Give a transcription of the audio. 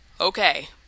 Okay